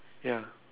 ya